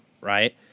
Right